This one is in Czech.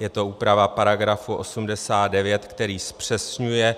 Je to úprava § 89, který zpřesňuje